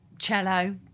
Cello